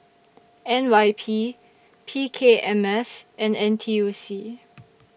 N Y P P K M S and N T U C